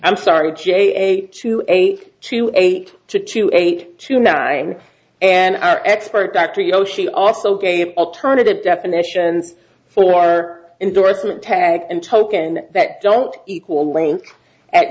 i'm sorry j eight to eight to eight to to eight to nine and our expert dr you know she also gave alternative definitions for endorsement tags and token that don't equal length at